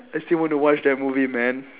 I still want to watch that movie man